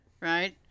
Right